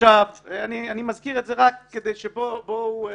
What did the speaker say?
עכשיו אני מזכיר את זה רק כדי שבואו, כולם,